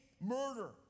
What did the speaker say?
murder